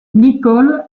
elle